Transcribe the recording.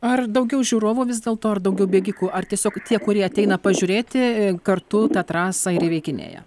ar daugiau žiūrovų vis dėl to ar daugiau bėgikų ar tiesiog tie kurie ateina pažiūrėti kartu tą trasą ir įveikinėja